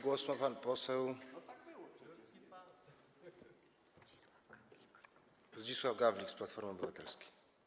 Głos ma pan poseł Zdzisław Gawlik z Platformy Obywatelskiej.